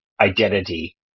identity